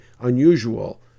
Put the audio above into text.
unusual